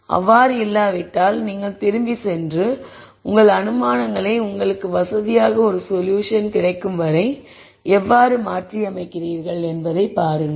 அவ்வாறு இல்லாவிட்டால் நீங்கள் திரும்பிச் சென்று உங்கள் அனுமானங்களை மறுபரிசீலனை செய்து உங்கள் அனுமானங்களை உங்களுக்கு வசதியான ஒரு சொல்யூஷன் கிடைக்கும் வரை எவ்வாறு மாற்றியமைக்கிறீர்கள் என்பதைப் பாருங்கள்